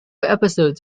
episodes